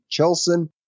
Chelson